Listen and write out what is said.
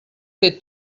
que